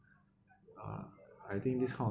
uh I think this kind of